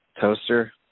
toaster